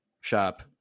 shop